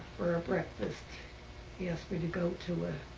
for a breakfast he asked me to go to a